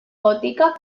botikak